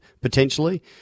potentially